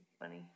funny